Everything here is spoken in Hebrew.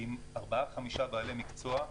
עם ארבעה-חמישה בעלי מקצוע,